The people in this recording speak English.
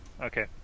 okay